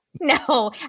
No